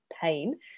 pain